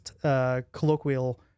colloquial